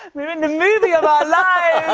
we're in the movie of our lives